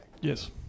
Yes